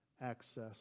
access